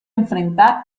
enfrentar